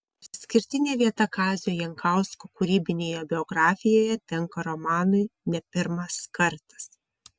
išskirtinė vieta kazio jankausko kūrybinėje biografijoje tenka romanui ne pirmas kartas